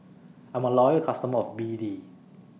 I'm A Loyal customer of B D